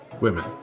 women